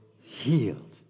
healed